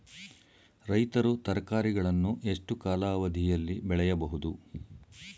ರೈತರು ತರಕಾರಿಗಳನ್ನು ಎಷ್ಟು ಕಾಲಾವಧಿಯಲ್ಲಿ ಬೆಳೆಯಬಹುದು?